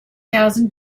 thousand